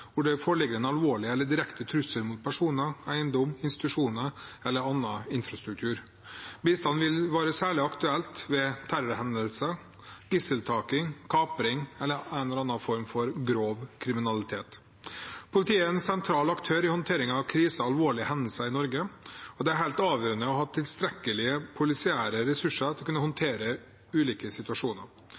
hvor det foreligger en alvorlig eller direkte trussel mot personer, eiendom, institusjoner eller annen infrastruktur. Bistand vil være særlig aktuelt ved terrorhendelser, gisseltaking, kapring eller annen form for grov kriminalitet. Politiet er en sentral aktør i håndtering av kriser og alvorlige hendelser i Norge, og det er helt avgjørende å ha tilstrekkelige polisiære ressurser til å kunne håndtere ulike situasjoner.